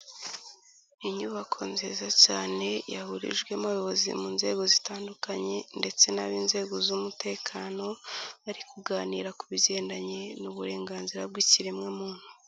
Inyubako nziza cyane yahurijwemo abayobozi mu nzego zitandukanye ndetse n'ab'inzego z'umutekano bari kuganira ku bigendanye n'uburenganzira bw'ikiremwamuntu.